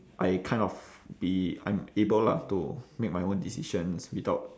I kind of be I'm able lah to make my own decisions without